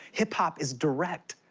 hip-hop is direct.